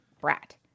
brat